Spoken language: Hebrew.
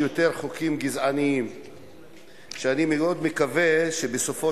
אני רוצה לומר לך שפגיעתו